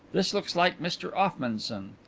this looks like mr offmunson.